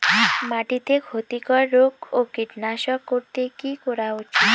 মাটিতে ক্ষতি কর রোগ ও কীট বিনাশ করতে কি করা উচিৎ?